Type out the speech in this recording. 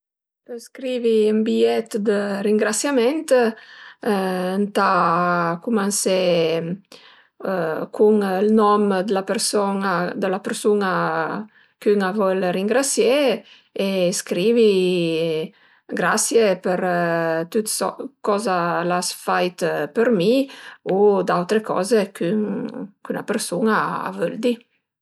Për scrivi ën bi-ièt dë ringrasiament ëntà cumansé cun ël nom d'la person-a d'la persun-a ch'ün a völ ringrasié e scrivi grasie për tüt soch coza l'as fai për mi u d'autre coze ch'üna persun-a a völ di